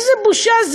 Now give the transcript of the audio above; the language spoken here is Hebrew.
איזה בושה.